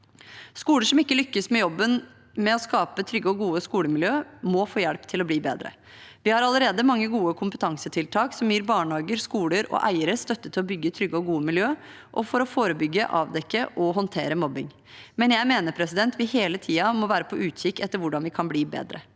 Skoler som ikke lykkes i jobben med å skape trygge og gode skolemiljø, må få hjelp til å bli bedre. Vi har allerede mange gode kompetansetiltak som gir barnehager, skoler og eiere støtte til å bygge trygge og gode miljø og til å forebygge, avdekke og håndtere mobbing, men jeg mener vi hele tiden må være på utkikk etter hvordan vi kan bli bedre.